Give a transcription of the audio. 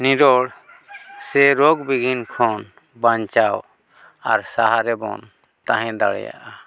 ᱱᱤᱨᱚᱲ ᱥᱮ ᱨᱳᱜᱽ ᱵᱤᱜᱷᱤᱱ ᱠᱷᱚᱱ ᱵᱟᱧᱪᱟᱣ ᱟᱨ ᱥᱟᱦᱟ ᱨᱮᱵᱚᱱ ᱛᱟᱦᱮᱸ ᱫᱟᱲᱮᱭᱟᱜᱼᱟ